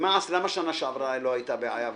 ולמה בשנה שעברה לא היתה בעיה,